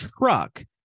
truck